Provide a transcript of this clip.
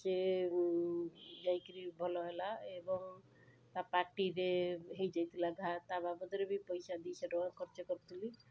ସିଏ ଯାଇକରି ଭଲ ହେଲା ଏବଂ ତା'ପାଟିରେ ହେଇଯାଇଥିଲା ଘା ତା'ବାବଦରେ ବି ପଇସା ଦୁଇଶହ ଟଙ୍କା ଖର୍ଚ୍ଚ କରିଥିଲି